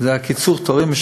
לשם קיצור התורים.